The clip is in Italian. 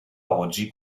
oggi